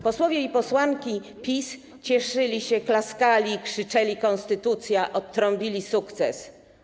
Posłowie i posłanki PiS cieszyli się, klaskali, krzyczeli: konstytucja, otrąbili sukces.